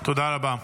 תודה רבה.